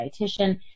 dietitian